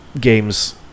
games